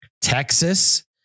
Texas